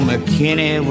McKinney